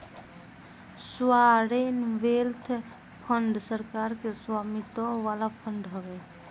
sovereign wealth fund सरकार के स्वामित्व वाला फंड हवे